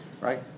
Right